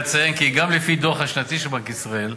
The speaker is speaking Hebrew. אציין כי גם לפי הדוח השנתי של בנק ישראל,